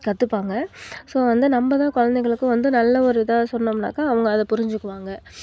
கற்றுப்பாங்க ஸோ வந்து நம்மதான் குழந்தைங்களுக்கும் வந்து நல்ல ஒரு இதாக சொன்னோம்னாக்க அவங்கள் அதை புரிஞ்சுக்குவாங்க